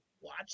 watch